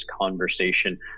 conversation